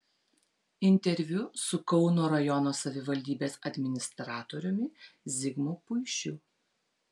interviu su kauno rajono savivaldybės administratoriumi zigmu puišiu